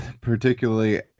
particularly